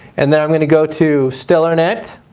and then i'm going to go to stellarnet.